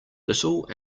little